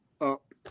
up